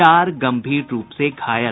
चार गंभीर रूप से घायल